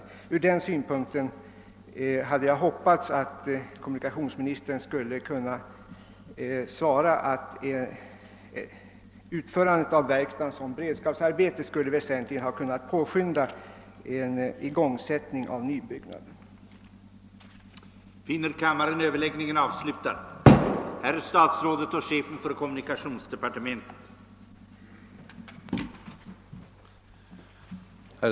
Under sådana förhållanden hade jag hoppats att kommunikationsministern skulle svara att ett uppförande av verkstadsbyggnaden som beredskapsarbete väsentligen skulle kunna påskynda igångsättningen av byggnationen.